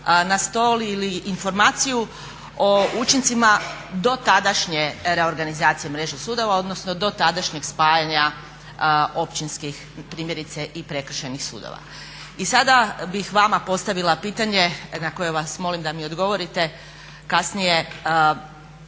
na stol ili informaciju o učincima dotadašnje reorganizacije mreže sudova odnosno do tadašnjeg spajanja općinskih primjerice i prekršajnih sudova. I sada bih vama postavila pitanje na koje vas molim da mi odgovorite kasnije,